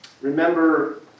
remember